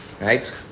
right